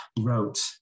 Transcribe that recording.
wrote